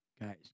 Guys